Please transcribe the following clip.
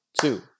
two